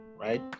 Right